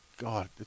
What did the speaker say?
God